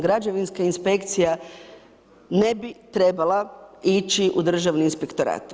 Građevinska inspekcija ne bi trebala ići u Državni inspektorat.